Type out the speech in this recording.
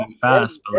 fast